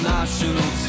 National